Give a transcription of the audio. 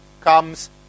comes